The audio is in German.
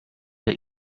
der